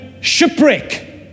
shipwreck